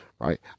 Right